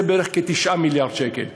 זה בערך 9 מיליארד שקל.